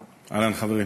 אהלן, חברים.